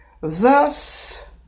Thus